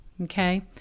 okay